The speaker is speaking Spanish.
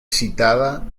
citada